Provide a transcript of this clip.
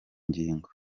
ngingo